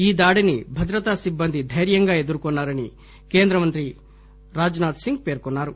ఈ దాడిని భద్రతా సిబ్బంది దైర్యంగా ఎదుర్కోన్నారని కేంద్ర మంత్రి రాజ్ నాథ్ సింగ్ పేర్కొన్నారు